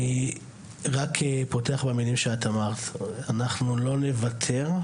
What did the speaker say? אני רק פותח במלים שאת אמרת, אנחנו לא נוותר,